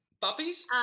Puppies